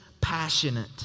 passionate